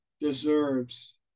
deserves